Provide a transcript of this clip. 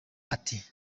ati